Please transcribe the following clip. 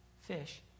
Fish